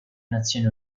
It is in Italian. nazioni